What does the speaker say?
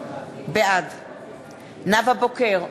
בעד נאוה בוקר,